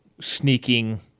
sneaking